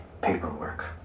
paperwork